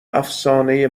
افسانه